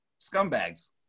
scumbags